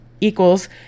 equals